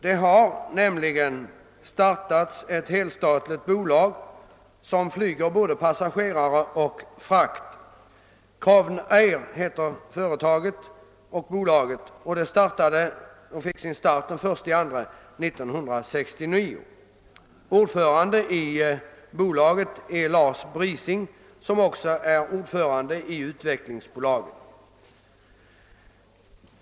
Det har nämligen startats ett helstatligt bolag, som flyger både passagerare och frakt. Crownair heter bolaget och det startade den 1 februari 1969. Ordförande i bolaget är Lars Brising, som också är ordförande i Utvecklingsbolaget.